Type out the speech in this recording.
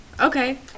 okay